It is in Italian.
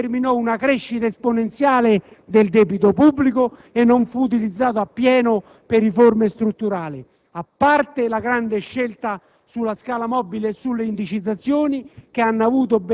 condizionato dall'eccessivamente oneroso cambio lira-marco, determinò una crescita esponenziale del debito pubblico e non fu utilizzato a pieno per riforme strutturali,